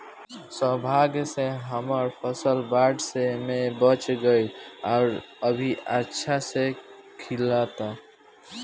सौभाग्य से हमर फसल बाढ़ में बच गइल आउर अभी अच्छा से खिलता